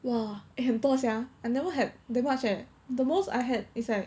!wah! eh 很多 sia I never had that much eh the most I had is like